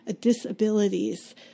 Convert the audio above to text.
disabilities